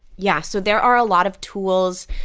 yeah. so there are a lot of tools.